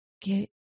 get